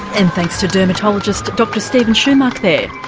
and thanks to dermatologist dr stephen shumack there.